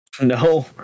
No